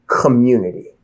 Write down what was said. community